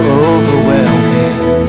overwhelming